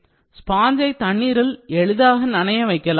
ஸ்பாஞ்சை தண்ணீரில் எளிதாக நனைய வைக்கலாம்